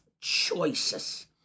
choices